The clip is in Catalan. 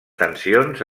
tensions